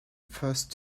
first